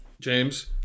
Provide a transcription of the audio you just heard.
James